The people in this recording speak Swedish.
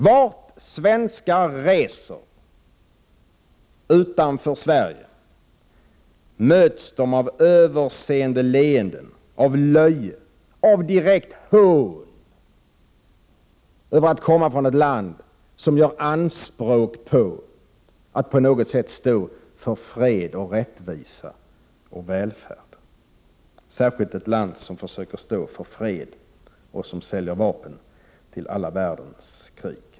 Vart än svenskar reser utanför Sverige möts de av överseende leenden, löje och direkt hån över att komma från ett land som gör anspråk på att stå för fred, rättvisa och välfärd, ett land som försöker stå för freden men som säljer vapen till alla världens krig.